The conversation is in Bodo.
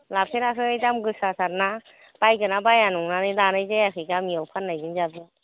लाफेराखै दाम गोसा थार ना बायगोन ना बाया नंनानै लानाय जायाखै गामियाव फाननायजों जाबजों